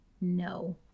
No